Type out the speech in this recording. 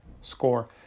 score